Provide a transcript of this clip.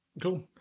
Cool